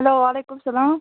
hello وعلیکُم سلام